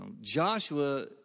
Joshua